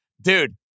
Dude